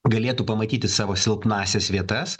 galėtų pamatyti savo silpnąsias vietas